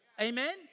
Amen